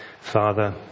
Father